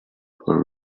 for